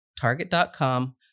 target.com